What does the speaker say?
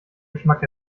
geschmack